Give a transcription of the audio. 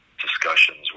discussions